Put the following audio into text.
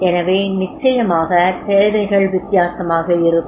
எனவே நிச்சயமாக தேவைகள் வித்தியாசமாக இருக்கும்